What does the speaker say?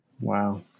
Wow